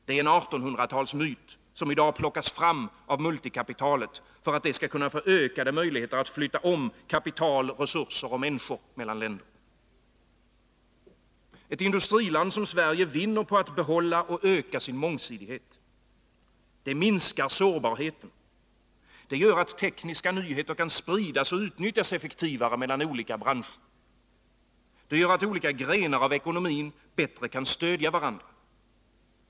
Det är en 1800-talsmyt, som i dag plockas fram av multikapitalet, för att det skall få ökade möjligheter att flytta om kapital, resurser och människor mellan länder. Ett industriland som Sverige vinner på att behålla och öka sin mångsidighet. Det minskar sårbarheten. Det gör att tekniska nyheter kan spridas och utnyttjas effektivare mellan olika branscher. Det gör att olika grenar av ekonomin bättre kan stödja varandra.